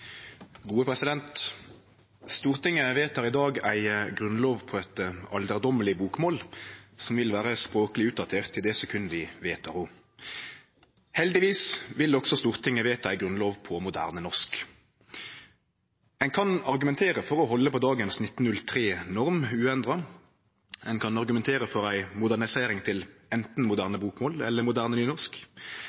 vil vere språkleg utdatert i det sekundet vi vedtek ho. Heldigvis vil også Stortinget vedta ei grunnlov på moderne norsk. Ein kan argumentere for å halde på dagens 1903-norm uendra, ein kan argumentere for ei modernisering til anten moderne bokmål eller moderne nynorsk, ein kan argumentere for ei modernisering til både moderne bokmål og moderne